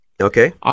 Okay